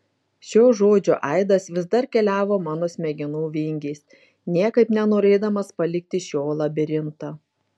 šio žodžio aidas vis dar keliavo mano smegenų vingiais niekaip nenorėdamas palikti šio labirinto